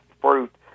fruit